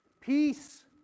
peace